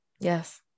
Yes